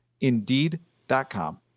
Indeed.com